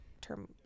term